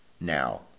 Now